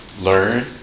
learn